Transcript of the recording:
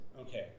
Okay